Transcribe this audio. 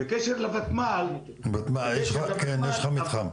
בקשר לוותמ"ל --- כן, יש לך מתחם.